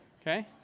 okay